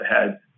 ahead